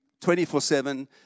24-7